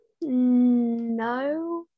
no